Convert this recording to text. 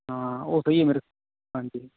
ਹਾਂ ਉਹ ਸਹੀ ਹੈ ਮੇਰੇ ਹਾਂਜੀ